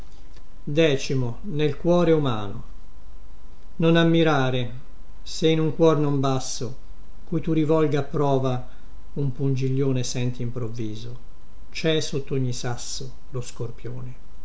ancora tutto sereno non ammirare se in un cuor non basso cui tu rivolga a prova un pungiglione senti improvviso cè sottogni sasso lo scorpïone